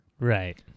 Right